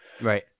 Right